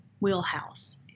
wheelhouse